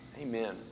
Amen